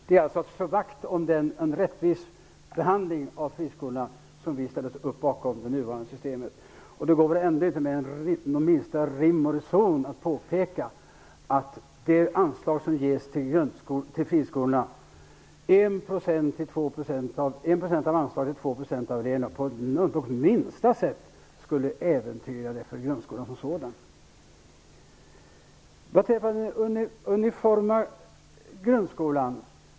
Det är alltså för att slå vakt om en rättvis behandling av friskolorna som vi ställer oss bakom det nuvarande systemet. Det är väl ändå rim och reson i påpekandet att de anslag som ges till friskolorna, 1 % av anslaget till 2 % av eleverna, inte på minsta sätt skulle äventyra grundskolan som sådan. Så till den uniforma grundskolan.